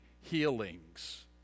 healings